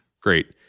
Great